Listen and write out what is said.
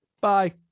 Bye